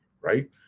right